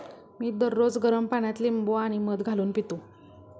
मी दररोज गरम पाण्यात लिंबू आणि मध घालून पितो